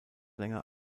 länger